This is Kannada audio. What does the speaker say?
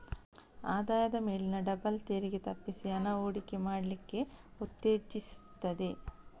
ಆದಾಯದ ಮೇಲಿನ ಡಬಲ್ ತೆರಿಗೆ ತಪ್ಪಿಸಿ ಹಣ ಹೂಡಿಕೆ ಮಾಡ್ಲಿಕ್ಕೆ ಉತ್ತೇಜಿಸ್ತದೆ